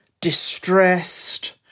distressed